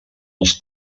als